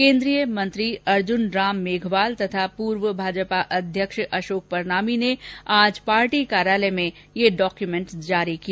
केंद्रीय मंत्री अर्जुन राम मेघवाल तथा पूर्व भाजपा अध्यक्ष अशोक परनामी ने आज पार्टी कार्यालय में यह डॉक्यूमेंट जारी किया